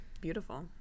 beautiful